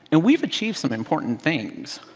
and we've achieved some important things.